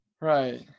Right